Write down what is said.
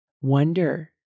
Wonder